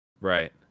Right